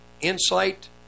insight